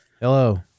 Hello